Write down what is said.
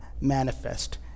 manifest